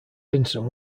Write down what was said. vinson